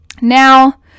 Now